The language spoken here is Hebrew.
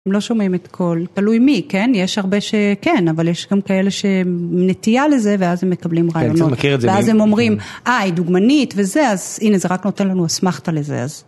הם לא שומעים את כל, תלוי מי, כן? יש הרבה שכן, אבל יש גם כאלה שנטייה לזה ואז הם מקבלים רעיונות. ואז הם אומרים, אה, היא דוגמנית וזה, אז הנה, זה רק נותן לנו אסמכתא לזה, אז.